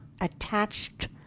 attached